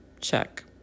check